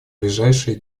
ближайшие